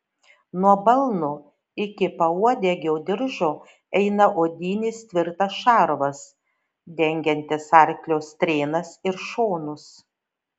nuo balno iki pauodegio diržo eina odinis tvirtas šarvas dengiantis arklio strėnas ir šonus